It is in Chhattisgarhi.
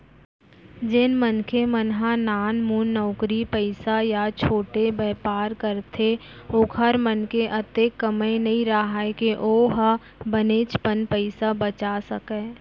जेन मनखे मन ह नानमुन नउकरी पइसा या छोटे बयपार करथे ओखर मन के अतेक कमई नइ राहय के ओ ह बनेचपन पइसा बचा सकय